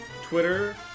Twitter